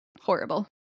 horrible